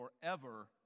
forever